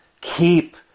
Keep